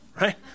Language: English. Right